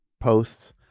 posts